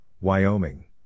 Wyoming